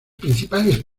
principales